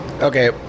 Okay